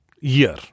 year